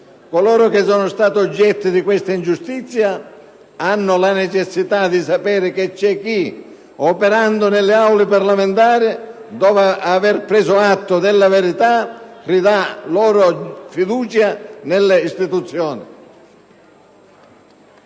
Coloro che sono stati oggetto di questa ingiustizia hanno la necessità di sapere che c'è chi, operando nelle Aule parlamentari, dopo aver preso atto della verità, ridà loro fiducia nelle istituzioni.